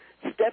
Step